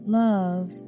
love